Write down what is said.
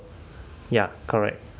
ya correct